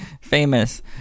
famous